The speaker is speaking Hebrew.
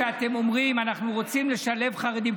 כשאתם אומרים: אנחנו רוצים לשלב חרדים,